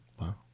Wow